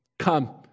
Come